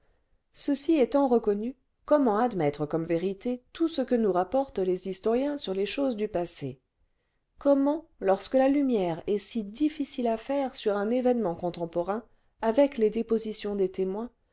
ceci étant reconnu comment admettre comme vérité tout ce que nous rapportent les historiens sur les choses du passé comment lorsque la lumière est si difficile à faire sur un événement contemporain avec les dépositions des témoins